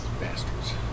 Bastards